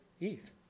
Eve